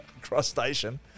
crustacean